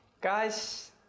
Guys